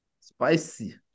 Spicy